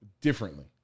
differently